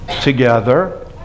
together